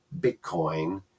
Bitcoin